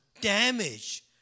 damage